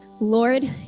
Lord